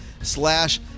slash